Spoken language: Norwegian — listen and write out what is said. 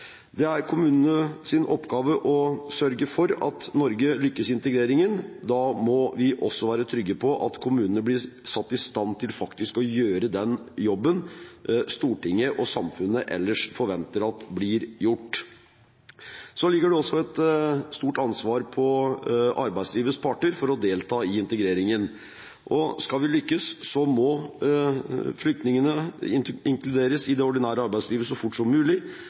egenandelen som kommunene må betale for barnevernstiltak for enslige mindreårige asylsøkere, fjernes. Det er kommunenes oppgave å sørge for at Norge lykkes i integreringen. Da må vi også være trygge på at kommunene faktisk blir satt i stand til å gjøre den jobben Stortinget og samfunnet ellers forventer at blir gjort. Så ligger det også et stort ansvar på arbeidslivets parter for å delta i integreringen. Skal vi lykkes, må flyktningene inkluderes i det ordinære arbeidslivet så fort som mulig.